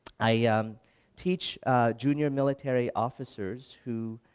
i um teach jr. military officers who